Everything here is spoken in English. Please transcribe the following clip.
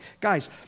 Guys